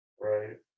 Right